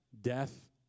death